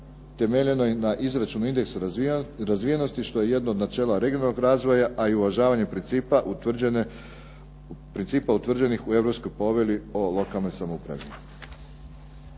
temeljenoj na izračunu indeksa razvijenosti što je jedno od načela regionalnog razvoja, a i uvažavanja principa utvrđenih u Europskoj povelji o lokalnoj samoupravi.